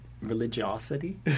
Religiosity